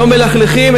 לא מלכלכים,